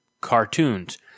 cartoons